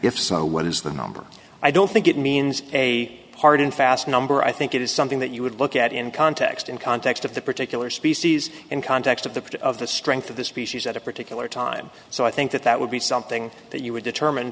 if so what is the number i don't think it means a pardon fast number i think it is something that you would look at in context in context of the particular species in context of the part of the strength of the species at a particular time so i think that that would be something that you would determine